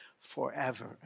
Forever